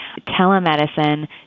telemedicine